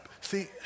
See